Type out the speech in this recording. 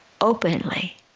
openly